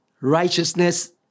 righteousness